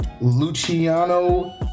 luciano